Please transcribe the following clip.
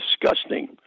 disgusting